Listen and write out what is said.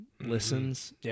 listens